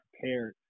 prepared